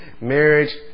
marriage